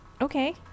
Okay